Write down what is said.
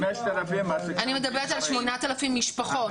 5,000 מעסיקי עובדים זרים,